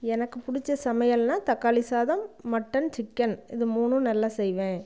எனக்கு பிடிச்ச சமையல்ன்னா தக்காளி சாதம் மட்டன் சிக்கன் இது மூணும் நல்லா செய்வேன்